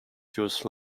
use